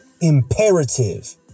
imperative